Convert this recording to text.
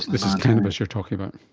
this is cannabis you're talking about?